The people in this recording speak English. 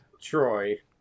Troy